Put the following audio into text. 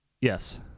Yes